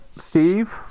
Steve